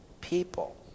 people